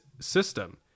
system